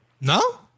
No